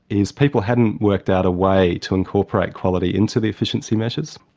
is people hadn't worked out a way to incorporate quality into the efficiency measures.